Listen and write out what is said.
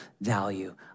value